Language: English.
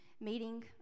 meeting